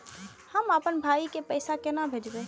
हम आपन भाई के पैसा केना भेजबे?